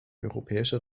europäische